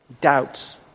Doubts